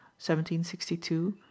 1762